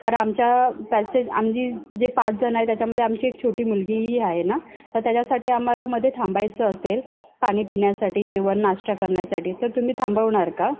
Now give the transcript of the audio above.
कारण आमच्या पॅसेज आम्ही जी जे पाचजणं आहे त्याच्यामध्ये आमची एक छोटी मुलगीही आहे ना तर त्याच्यासाठी आम्हाला मध्ये थांबायचं असेल पाणी पिण्यासाठी जेवण नाश्ता करण्यासाठी तर तुम्ही थांबवणार का